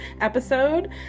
episode